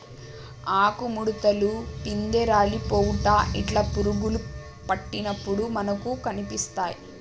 ఆకు ముడుతలు, పిందె రాలిపోవుట ఇట్లా పురుగులు పట్టినప్పుడు మనకు కనిపిస్తాయ్